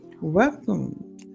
Welcome